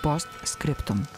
post scriptum